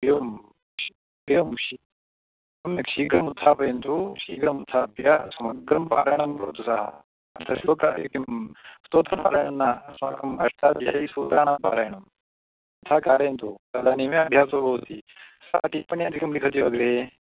एवम् एवम् सम्यक् शीघ्रम् उत्थापयन्तु शीघ्रम् उत्थाप्य समग्रं पाठनं करोतु सः श्लोक किं स्तोत्रपारायणं न अस्माकम् अष्टाध्यायीसूत्राणां पारायणं तथा कारयन्तु तदानीम् एव अभ्यासो भवति सः टिप्पनीम् अधिकं लिखति अग्रे